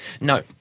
No